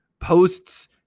posts